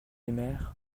aimèrent